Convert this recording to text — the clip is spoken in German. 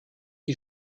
die